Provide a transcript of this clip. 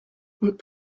und